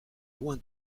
loin